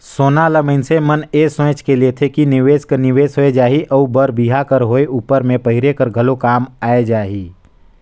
सोना ल मइनसे मन ए सोंएच के लेथे कि निवेस कर निवेस होए जाही अउ बर बिहा कर होए उपर में पहिरे कर घलो काम आए जाही